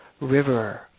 river